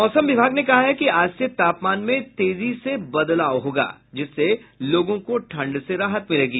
मौसम विभाग ने कहा है कि आज से तापमान में तेजी से बदलाव होगा जिससे लोगों को ठंड से राहत मिलेगी